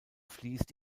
fließt